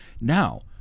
now